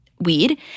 weed